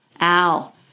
Al